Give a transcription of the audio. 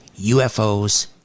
UFOs